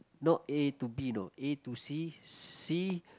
not A to B you know A to C C